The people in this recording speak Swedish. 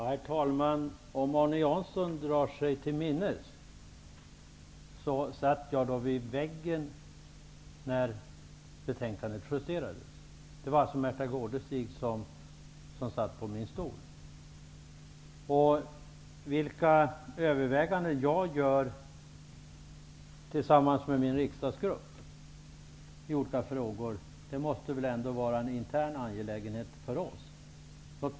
Herr talman! Om Arne Jansson drar sig till minnes hur det var när betänkandet justerades, så satt jag vid väggen. Märtha Gårdestig satt på min stol. Vilka överväganden jag i olika frågor gör tillsammans med min riksdagsgrupp måste väl ändå vara en intern angelägenhet för oss i Folkpartiet.